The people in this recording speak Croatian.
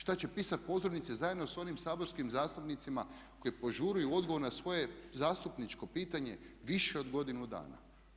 Šta će pisati požurnice zajedno sa onim saborskim zastupnicima koji požuruju odgovor na svoje zastupničko pitanje više od godinu dana.